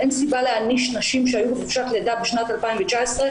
אין סיבה להעניש נשים שהיו בחופשת לידה בשנת 2019,